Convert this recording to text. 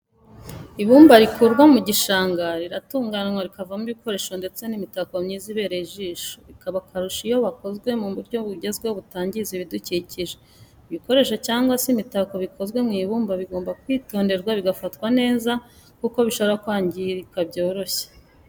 Ibumba rikurwa mu gishanga riratunganywa rikavamo ibikoresho ndetse n'imitako myiza ibereye ijisho, bikaba akarusho iyo byakozwe mu buryo bugezweho butangiza ibidukikije. Ibikoresho cyangwa se imitako bikozwe mu ibumba bigomba kwitonderwa bigafatwa neza kuko bishobora kwangirika byoroshye.